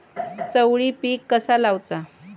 चवळी पीक कसा लावचा?